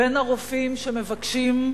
אם הרופאים שמבקשים,